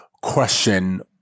question